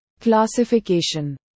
classification